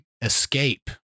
escape